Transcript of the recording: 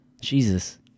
Jesus